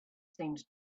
seemed